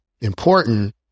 important